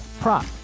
prop